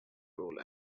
role